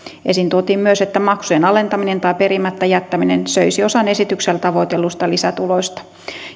esiin tuotiin myös että maksujen alentaminen tai perimättä jättäminen söisi osan esityksellä tavoitelluista lisätuloista